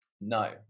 No